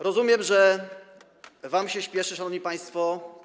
Rozumiem, że wam się spieszy, szanowni państwo.